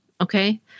Okay